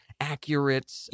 accurate